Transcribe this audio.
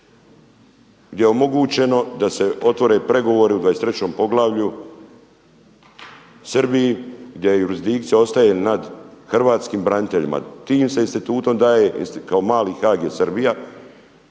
gdje je omogućeno da se otvore pregovori u 23. poglavlju Srbiji gdje je jurisdikcija ostaje nad hrvatskim braniteljima. Tim se institutom daje, kao mali Haag je